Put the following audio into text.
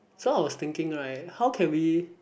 so I was thinking right how can we